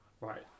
Right